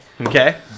Okay